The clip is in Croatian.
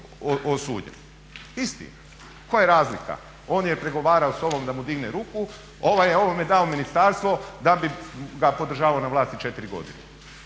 osuđen, isti. Koja je razlika? On je pregovarao s ovom da mu digne ruku, ovaj je ovome dao ministarstvo da bi ga podržavao na vlasti 4 godine.